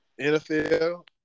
NFL